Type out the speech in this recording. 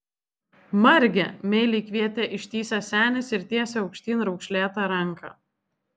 marge meiliai kvietė ištįsęs senis ir tiesė aukštyn raukšlėtą ranką